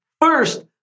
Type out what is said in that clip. first